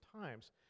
times